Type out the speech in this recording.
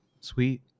Sweet